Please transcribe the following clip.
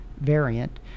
variant